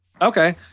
Okay